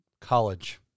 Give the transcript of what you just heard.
college